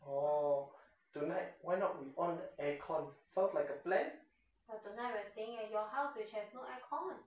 哦 tonight why not we on air con sounds like a plan but tonight we're staying at your house which has no aircon